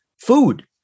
food